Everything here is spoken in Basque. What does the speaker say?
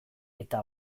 eta